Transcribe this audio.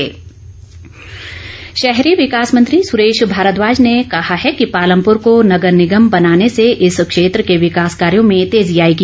सुरेश भारद्वाज शहरी विकास मंत्री सुरेश भारद्वाज ने कहा है कि पालमपुर को नगर निगम बनाने से इस क्षेत्र के विकास कार्यों में तेजी आएगी